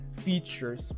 Features